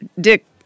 Dick